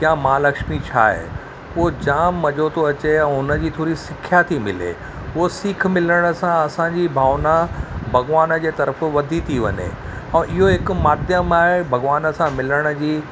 या महालक्ष्मी छा आहे पोइ जाम मज़ो थो अचे ऐं हुनजी थोरी सिखिया थी मिले उहा सीख मिलण सां असांजी भावना भॻवान जे तरफ़ वधी थी वञे ऐं इहो हिकु माध्यमु आहे भॻवान सां मिलण जी